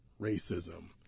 racism